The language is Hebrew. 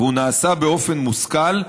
והוא נעשה באופן מושכל,